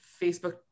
Facebook